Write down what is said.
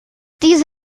diese